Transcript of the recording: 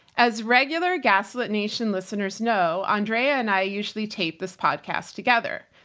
as regular gaslit nation listeners know andrea and i usually tape this podcast together.